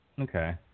Okay